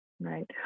Right